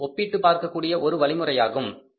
இது ஒப்பிட்டுப் பார்க்கக் கூடிய ஒரு வழிமுறையாகும்